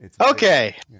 Okay